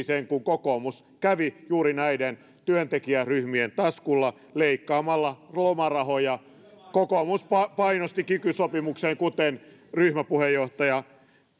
sen että kokoomus kävi juuri näiden työntekijäryhmien taskulla leikkaamalla lomarahoja kokoomus painosti kiky sopimukseen kuten ryhmäpuheenjohtaja